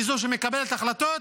היא זו שמקבלת החלטות,